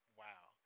wow